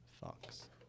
Fox